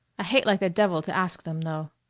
hate like the devil to ask them, though.